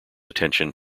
attention